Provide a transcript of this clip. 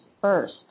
first